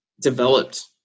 developed